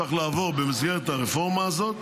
שצריך לעבור במסגרת הרפורמה הזאת,